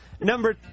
Number